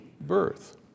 birth